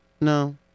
No